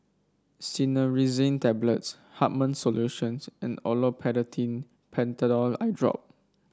Cinnarizine Tablets Hartman's Solutions and Olopatadine Patanol Eyedrop